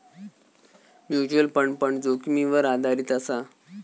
mutual fund पण जोखीमीवर आधारीत असा